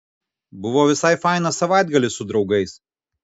buvo visai fainas savaitgalis su draugais